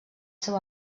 seu